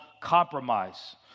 compromise